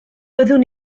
byddwn